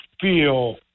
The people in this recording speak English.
feel